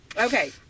okay